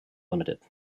limited